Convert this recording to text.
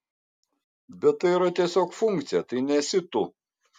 bet tai yra tiesiog funkcija tai nesi tu